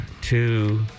Two